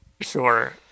Sure